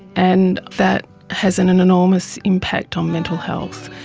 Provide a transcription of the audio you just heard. and that has an an enormous impact on mental health.